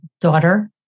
daughter